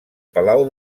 palau